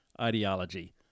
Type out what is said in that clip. ideology